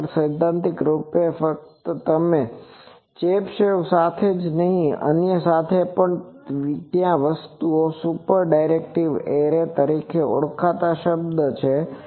ખરેખર સૈદ્ધાંતિક રૂપે તમે ફક્ત ચેબીશેવ સાથે જ નહીં અન્ય સાથે પણ ત્યાં કોઈ વસ્તુમાં સુપર ડાયરેક્ટિવ એરે તરીકે ઓળખાતા શબ્દ છે